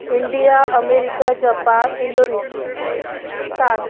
India America Japan Indonesia France